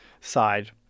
side